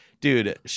dude